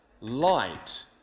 light